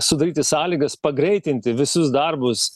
sudaryti sąlygas pagreitinti visus darbus